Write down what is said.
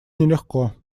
нелегко